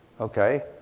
Okay